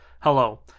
Hello